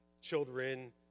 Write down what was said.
children